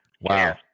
Wow